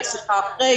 לשיחה אחרי,